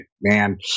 man